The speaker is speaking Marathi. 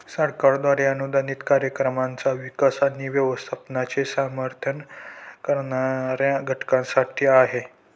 सरकारद्वारे अनुदानित कार्यक्रमांचा विकास आणि व्यवस्थापनाचे समर्थन करणाऱ्या संघटनांसाठी आहे